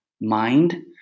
mind